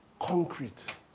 Concrete